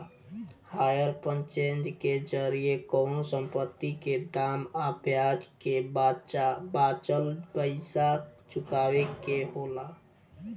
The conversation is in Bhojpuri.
हायर पर्चेज के जरिया कवनो संपत्ति के दाम आ ब्याज के बाचल पइसा चुकावे के होला